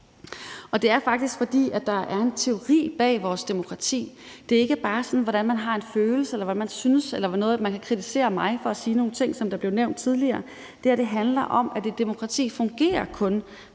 det er faktisk også, fordi der er en teori bag vores demokrati. Det er ikke bare sådan noget med, hvordan man har en følelse, eller hvad man synes, eller at man kan kritisere mig for at sige nogle ting, som det også blev nævnt tidligere, men det her handler om, at et demokrati kun fungerer,